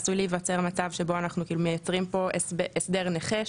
עשוי להיווצר מצב שבו אנחנו מייצרים הסדר נכה,